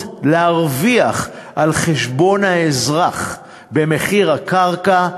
להרוויח על חשבון האזרח במחיר הקרקע,